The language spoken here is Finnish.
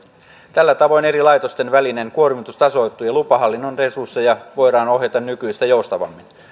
tällä tavoin eri laitosten välinen kuormitus tasoittuu ja lupahallinnon resursseja voidaan ohjata nykyistä joustavammin